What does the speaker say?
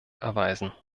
erweisen